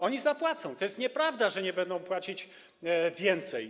Oni zapłacą, to nieprawda, że nie będą płacić więcej.